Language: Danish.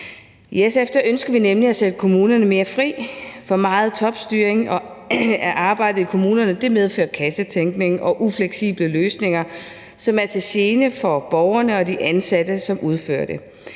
I SF ønsker vi nemlig at sætte kommunerne mere fri. For meget topstyring af arbejdet i kommunerne medfører kassetænkning og ufleksible løsninger, som er til gene for borgerne og de ansatte, som udfører det.